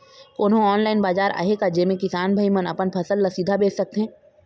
कोन्हो ऑनलाइन बाजार आहे का जेमे किसान भाई मन अपन फसल ला सीधा बेच सकथें?